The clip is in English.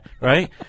right